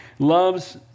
loves